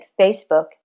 Facebook